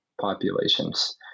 populations